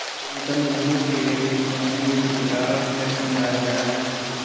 प्रीतम Europe के कई देशों में युद्ध के कारण रिफ्लेक्शन लाया गया है